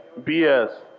BS